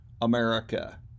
America